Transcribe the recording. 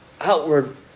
outward